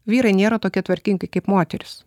vyrai nėra tokie tvarkingi kaip moterys